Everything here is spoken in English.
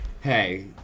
hey